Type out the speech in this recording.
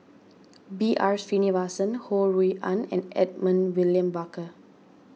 B R Sreenivasan Ho Rui An and Edmund William Barker